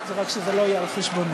רק שזה לא יהיה על חשבוני,